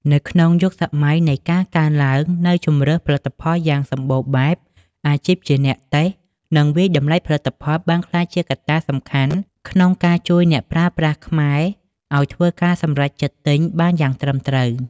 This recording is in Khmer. នៅក្នុងយុគសម័យនៃការកើនឡើងនូវជម្រើសផលិតផលយ៉ាងសម្បូរបែប អាជីពជាអ្នកតេស្ត និងវាយតម្លៃផលិតផលបានក្លាយជាកត្តាសំខាន់ក្នុងការជួយអ្នកប្រើប្រាស់ខ្មែរឱ្យធ្វើការសម្រេចចិត្តទិញបានយ៉ាងត្រឹមត្រូវ។